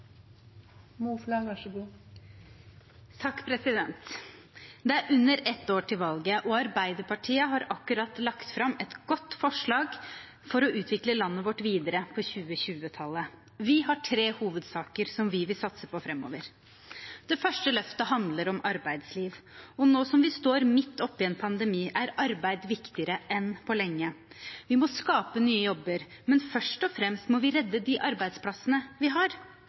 har akkurat lagt fram et godt forslag for å utvikle landet vårt videre for 2020-tallet. Vi har tre hovedsaker som vi vil satse på framover: Det første løftet handler om arbeidsliv, og nå som vi står midt oppe i en pandemi, er arbeid viktigere enn på lenge. Vi må skape nye jobber, men først og fremst må vi redde de arbeidsplassene vi har.